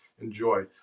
enjoy